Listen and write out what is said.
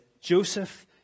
Joseph